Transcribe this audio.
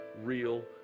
real